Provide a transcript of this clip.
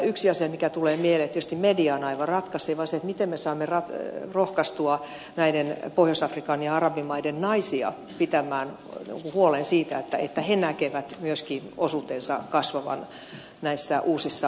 yksi asia mikä tulee mieleen on se että tietysti media on aivan ratkaiseva se miten me saamme rohkaistua näiden pohjois afrikan ja arabimaiden naisia pitämään huolen siitä että he näkevät myöskin osuutensa kasvavan näissä uusissa hallinnoissa